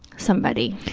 somebody.